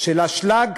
של אשלג.